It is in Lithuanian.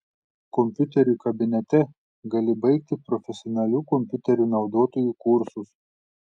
kompiuterių kabinete gali baigti profesionalių kompiuterių naudotojų kursus